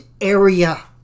area